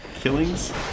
killings